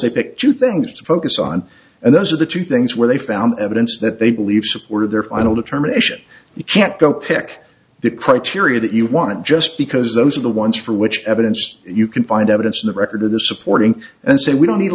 they pick two things to focus on and those are the two things where they found evidence that they believe supported their i don't know terminations you can't go pick the criteria that you want just because those are the ones for which evidence you can find evidence of the record of the supporting and say we don't need to